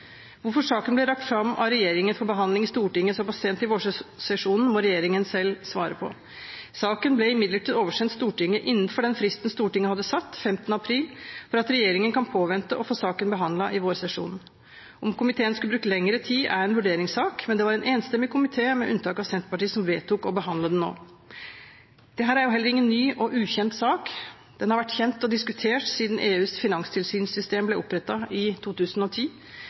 Hvorfor saken ble lagt fram av regjeringen for behandling i Stortinget såpass sent i vårsesjonen, må regjeringen selv svare på. Saken ble imidlertid oversendt Stortinget innenfor den fristen Stortinget hadde satt, den 15. april, for at regjeringen kan påvente å få saken behandlet i vårsesjonen. Om komiteen skulle brukt lengre tid, er en vurderingssak, men det var en enstemmig komité med unntak av Senterpartiet som vedtok å behandle den nå. Det er heller ingen ny og ukjent sak. Den har vært kjent og diskutert siden EUs finanstilsynssystem ble opprettet i 2010,